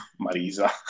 Marisa